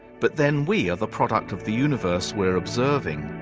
but then we are the product of the universe we're observing.